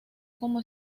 como